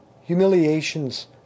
humiliations